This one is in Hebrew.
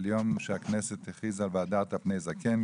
של יום שהכנסת הכריזה "והדרת פני זקן".